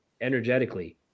energetically